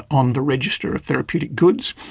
on the register of therapeutic goods.